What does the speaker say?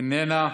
איננה.